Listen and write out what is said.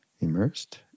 immersed